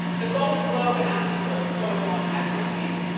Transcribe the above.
the golden globe announcements are going on as we speak,